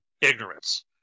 ignorance